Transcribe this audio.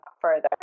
further